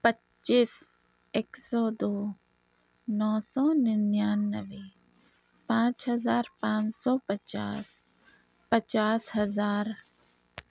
پچیس ایک سو دو نو سو ننانوے پانچ ہزار پانچ سو پچاس پچاس ہزار